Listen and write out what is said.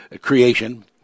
creation